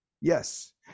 yes